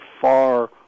far